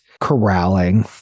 corralling